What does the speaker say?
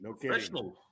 professional